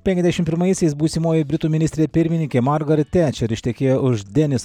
penkiasdešim pirmaisiais būsimoji britų ministrė pirmininkė margaret tečer ištekėjo už denis